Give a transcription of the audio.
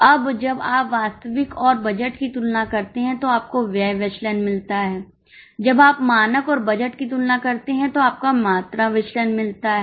अब जब आप वास्तविक और बजट की तुलना करते हैं तो आपको व्यय विचलन मिलता है जब आप मानक और बजट की तुलना करते हैं तो आपकोमात्रा विचलन मिलता है